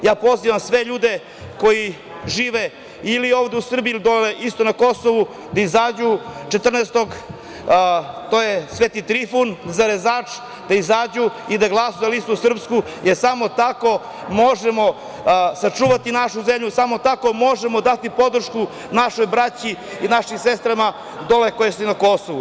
Ja pozivam sve ljude koji žive ili ovde u Srbiji ili dole na Kosovu da izađu 14. februara, to je Sveti Trifun, Zarezač, da izađu i da glasaju za Srpsku listu, jer samo tako možemo sačuvati našu zemlju, samo tako možemo dati podršku našoj braći i našim sestrama dole koji su na Kosovu.